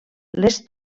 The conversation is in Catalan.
les